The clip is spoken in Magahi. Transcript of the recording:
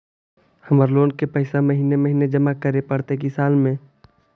हमर लोन के पैसा महिने महिने जमा करे पड़तै कि साल में?